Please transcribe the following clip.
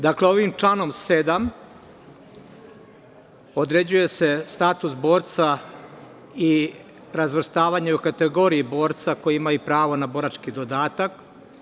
Dakle, ovim članom 7. određuje status borca i razvrstavanje u kategoriji borca koji imaju pravo na borački dodatak.